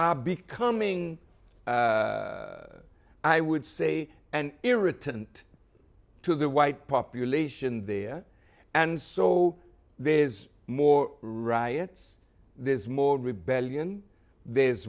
becoming i would say and irritant to the white population there and so there is more riots there's more rebellion there's